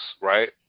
right